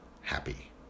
happy